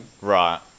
Right